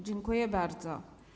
Dziękuję bardzo.